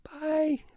Bye